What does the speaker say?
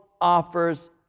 offers